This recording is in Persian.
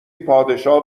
پادشاه